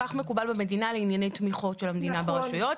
כך מקובל במדינה לענייני תמיכות של המדינה ברשויות.